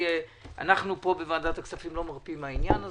אנחנו בוועדת הכספים לא מרפים מהעניין הזה.